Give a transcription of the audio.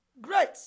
Great